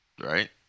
Right